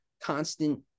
constant